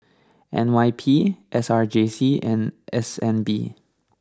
N Y P S R J C and S N B